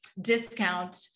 discount